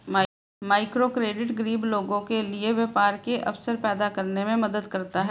microcredit गरीब लोगों के लिए व्यापार के अवसर पैदा करने में मदद करता है